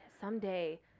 someday